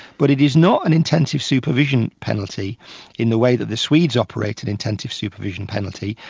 but it is not an intensive supervision penalty in the way that the swedes operate an intensive supervision penalty,